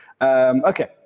Okay